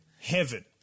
Heaven